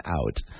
out